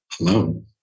alone